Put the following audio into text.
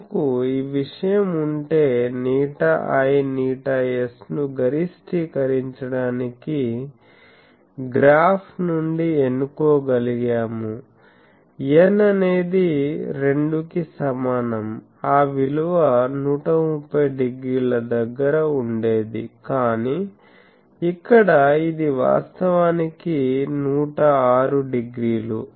మనకు ఈ విషయం ఉంటే ηi ηs ను గరిష్టీకరించడానికి గ్రాఫ్ నుండి ఎన్నుకోగలిగాము n అనేది 2 కి సమానం ఆ విలువ 130 డిగ్రీల దగ్గర ఉండేది కానీ ఇక్కడ ఇది వాస్తవానికి 106 డిగ్రీలు